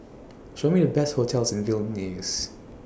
Show Me The Best hotels in Vilnius